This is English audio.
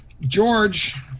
george